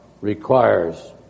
requires